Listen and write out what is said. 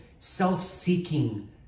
Self-seeking